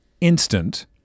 instant